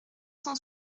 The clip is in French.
cent